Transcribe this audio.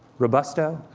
robusto,